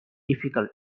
difficult